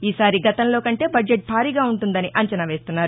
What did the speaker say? ఈసారి గతంలోకంటే బద్జెట్ భారీగా ఉంటుందని అంచనావేస్తున్నారు